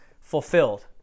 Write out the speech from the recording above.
fulfilled